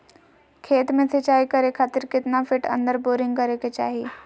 खेत में सिंचाई करे खातिर कितना फिट अंदर बोरिंग करे के चाही?